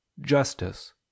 justice